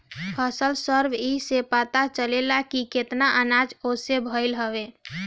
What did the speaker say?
फसल सर्वे से इ पता चलेला की केतना अनाज असो भईल हवे